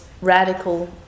radical